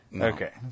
Okay